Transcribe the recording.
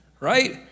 right